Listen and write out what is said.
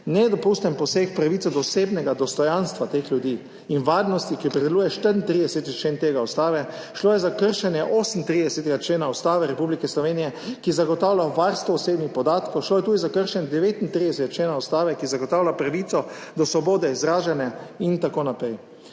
nedopusten poseg v pravico do osebnega dostojanstva teh ljudi in varnosti, ki opredeljuje 34. člen Ustave. Šlo je za kršenje 38. člena Ustave Republike Slovenije, ki zagotavlja varstvo osebnih podatkov, šlo je tudi za kršenje 39. člena Ustave, ki zagotavlja pravico do svobode izražanja in tako naprej.